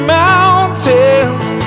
mountains